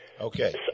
Okay